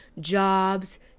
jobs